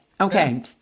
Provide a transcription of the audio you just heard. Okay